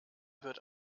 wird